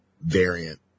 Variant